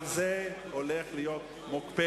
גם זה הולך להיות מוקפא.